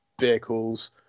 vehicles